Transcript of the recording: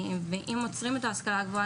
ואם עוצרים את ההשכלה הגבוהה,